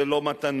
זה לא מתנות.